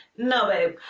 no, babe.